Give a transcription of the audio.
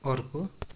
अर्को